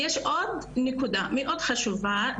יש עוד נקודה מאוד חשובה,